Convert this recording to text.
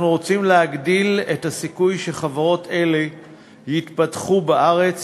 אנחנו רוצים להגדיל את הסיכוי שחברות אלה יתפתחו בארץ